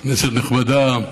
כנסת נכבדה,